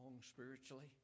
spiritually